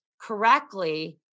correctly